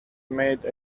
made